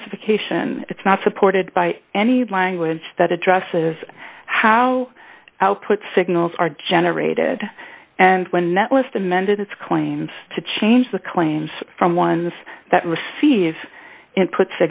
specification it's not supported by any language that addresses how output signals are generated and when that list amended its claims to change the claims from ones that receive input